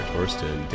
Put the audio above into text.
Torsten